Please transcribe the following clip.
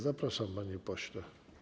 Zapraszam, panie pośle.